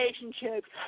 relationships